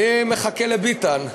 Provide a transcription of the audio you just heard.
אני מחכה לביטן,